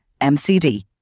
MCD